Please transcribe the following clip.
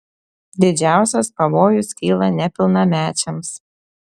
didžiausias pavojus kyla nepilnamečiams